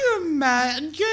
imagine